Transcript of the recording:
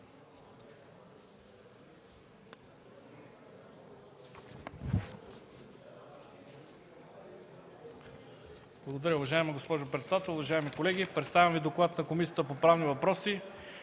Благодаря. Уважаема госпожо председател, уважаеми колеги! Представям Ви: „ДОКЛАД на Комисията по правни въпроси